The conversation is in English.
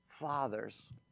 fathers